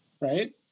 right